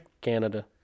Canada